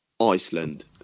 Iceland